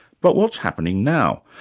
but what's happening now?